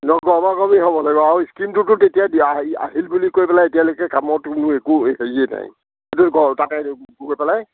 লগে লগে হ'ব লাগে আৰু স্কিমটোতো তেতিয়াই দিয়া আহিল আহিল বুলি কৈ পেলাই এতিয়ালৈকে কামৰটো বোলে একো সেই হেৰিয়েই নাই ও তাকেই গৈ পেলাই